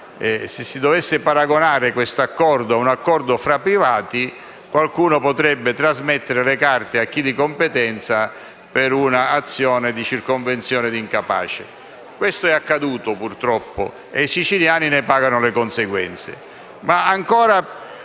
se si dovesse paragonare questo accordo a un accordo tra privati, qualcuno potrebbe trasmettere le carte a chi di competenza per un'azione di circonvenzione di incapace. Questo purtroppo è avvenuto e i siciliani ne pagano le conseguenze.